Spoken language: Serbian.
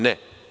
Ne.